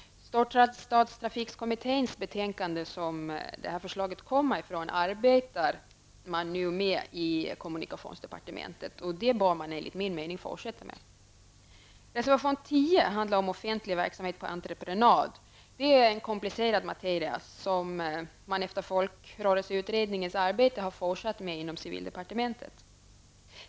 Storstadstrafikkommitténs betänkande, som det här förslaget kommer ifrån, arbetar man nu med i kommunikationsdepartementet, och det bör man enligt min mening fortsätta med. Reservation nr 10 handlar om offentlig verksamhet på entreprenad. Det är en komplicerad materia, som man efter folkrörelseutredningens arbete har fortsatt med inom civildepartementet.